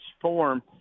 form